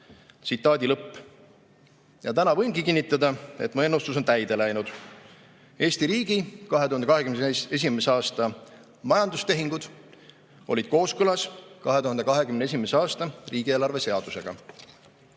seadusega." Täna võingi kinnitada, et mu ennustus on täide läinud – Eesti riigi 2021. aasta majandustehingud olid kooskõlas 2021. aasta riigieelarve seadusega.